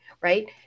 right